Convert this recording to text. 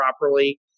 properly